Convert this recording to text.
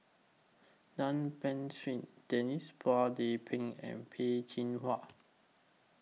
Tan Beng Swee Denise Phua Lay Peng and Peh Chin Hua